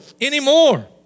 anymore